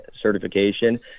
certification